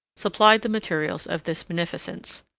supplied the materials of this munificence.